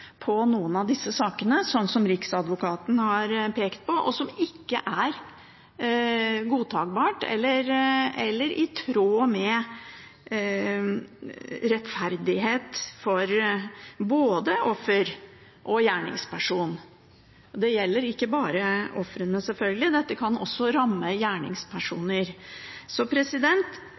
på noen av disse sakene, slik Riksadvokaten har pekt på, som ikke kan godtas eller ikke er i tråd med rettferdigheten for offer og gjerningsperson. Det gjelder ikke bare ofrene, selvfølgelig, dette kan også ramme gjerningspersoner.